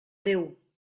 déu